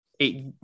eight